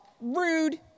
rude